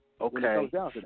Okay